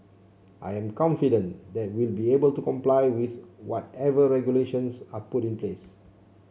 I am confident that we'll be able to comply with whatever regulations are put in place